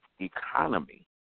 economy